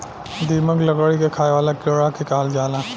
दीमक, लकड़ी के खाए वाला कीड़ा के कहल जाला